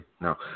No